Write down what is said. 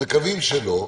מקווים שלא.